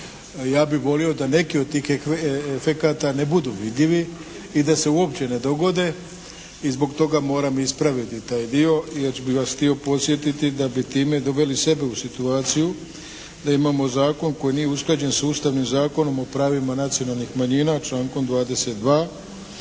Ja bih volio da neki od tih efekata ne budu vidljivi i da se uopće ne dogode i zbog toga moram ispraviti taj dio jer bih vas htio podsjetiti da bi time doveli sebe u situaciju da imamo zakon koji nije usklađen s Ustavnim zakonom o pravima nacionalnih manjina člankom 22.